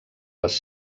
les